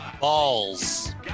Balls